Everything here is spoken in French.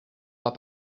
pas